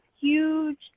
huge